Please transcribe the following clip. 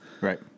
Right